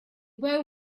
boy